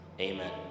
Amen